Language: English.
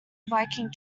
viking